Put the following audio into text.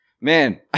Man